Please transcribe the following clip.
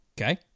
Okay